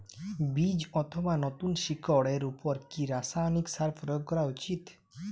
বীজ অথবা নতুন শিকড় এর উপর কি রাসায়ানিক সার প্রয়োগ করা উচিৎ?